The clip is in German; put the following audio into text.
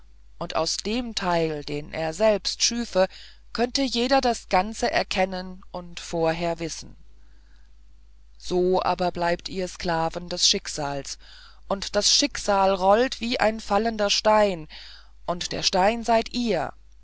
und aus dem teil den er selbst schüfe könnte jeder das ganze erkennen und vorher wissen so aber bleibet ihr sklaven des schicksals und das schicksal rollt wie ein fallender stein und der stein seid ihr